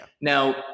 Now